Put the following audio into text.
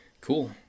Cool